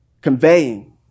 conveying